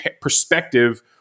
perspective